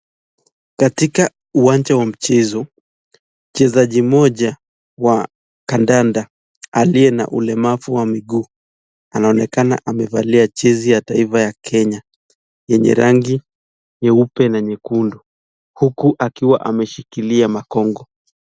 Katika uwanja wa mchezo, mchezaji mmoja wa kandanda aliye na ulemavu wa miguu anaoneka amevalia jezi ya taifa ya kenya yenye rangi nyeupe na nyekundu huku akiwa ameshikilia makongo.